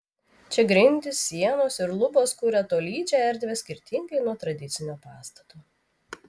čia grindys sienos ir lubos kuria tolydžią erdvę skirtingai nuo tradicinio pastato